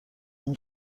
این